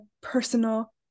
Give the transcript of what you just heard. personal